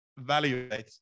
evaluate